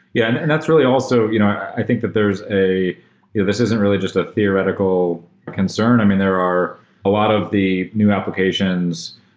yeah and and that's really also you know think that there is a this isn't really just a theoretical concern. i mean, there are a lot of the new applications,